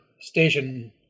station